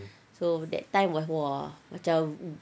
so that time was !wah! macam